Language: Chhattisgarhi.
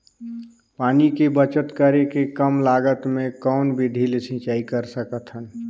पानी के बचत करेके कम लागत मे कौन विधि ले सिंचाई कर सकत हन?